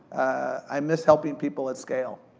i miss helping people at scale,